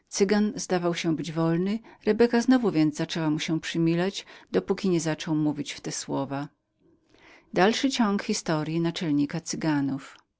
cygan zdawał się być wesołym rebeka znowu więc zaczęła mu się przymilać dopóki nie zaczął mówić w te słowa